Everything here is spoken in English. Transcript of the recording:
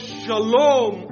shalom